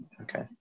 Okay